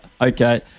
okay